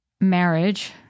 marriage